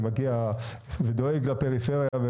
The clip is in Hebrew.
שמגיע ודואג לפריפריה,